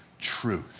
truth